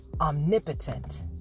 omnipotent